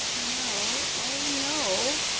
no, oh! no,